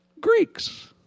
Greeks